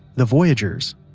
the voyagers,